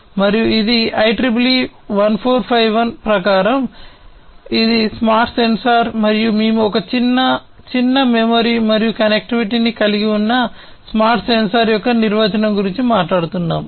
మరియు ఇది IEEE 1451 ప్రమాణం ప్రకారం ఇది స్మార్ట్ సెన్సార్ మరియు మేము ఒక చిన్న చిన్న మెమరీ మరియు కనెక్టివిటీని కలిగి ఉన్న స్మార్ట్ సెన్సార్ యొక్క నిర్వచనం గురించి మాట్లాడుతున్నాము